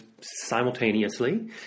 simultaneously